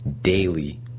daily